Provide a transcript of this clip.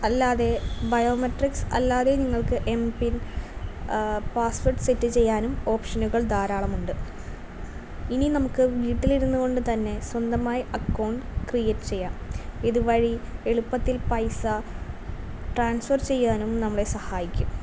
അല്ലാതെ ബയോമെട്രിക്സ് അല്ലാതെ നിങ്ങൾക്ക് എം പിൻ പാസ്വേർഡ് സെറ്റ് ചെയ്യാനും ഓപ്ഷനുകൾ ധാരാളമുണ്ട് ഇനി നമുക്ക് വീട്ടിലിരുന്ന് കൊണ്ട് തന്നെ സ്വന്തമായി അക്കൗണ്ട് ക്രിയേറ്റ് ചെയ്യാം ഇതുവഴി എളുപ്പത്തിൽ പൈസ ട്രാൻസ്ഫർ ചെയ്യാനും നമ്മളെ സഹായിക്കും